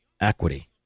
equity